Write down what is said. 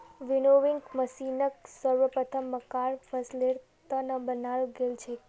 winnowing मशीनक सर्वप्रथम मक्कार फसलेर त न बनाल गेल छेक